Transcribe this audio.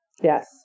Yes